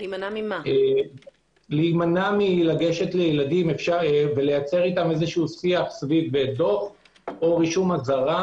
להימנע מלגשת לילדים ולייצר אתם שיח סביב דוח או רישום אזהרה.